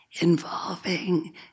involving